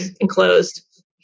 enclosed